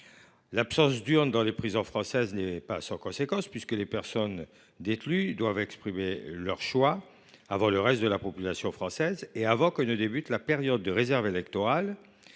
L’absence d’urnes dans les prisons françaises n’est pas sans conséquence, puisque les personnes détenues doivent exprimer leur choix avant le reste de la population française, et même avant le début de la période de réserve électorale,